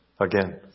again